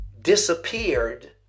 disappeared